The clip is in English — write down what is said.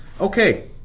Okay